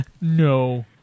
No